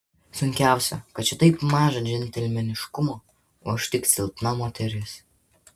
sunkiausia kad čia taip maža džentelmeniškumo o aš tik silpna moteris